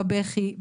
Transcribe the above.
בבכי,